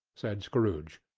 said scrooge.